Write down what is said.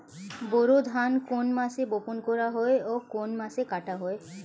বোরো ধান কোন মাসে বপন করা হয় ও কোন মাসে কাটা হয়?